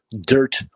dirt